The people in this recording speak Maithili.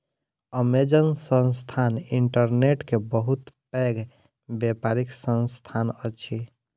अमेज़न संस्थान इंटरनेट के बहुत पैघ व्यापारिक संस्थान अछि